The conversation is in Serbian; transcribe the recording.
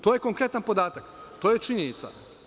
To je konkretan podatak, to je činjenica.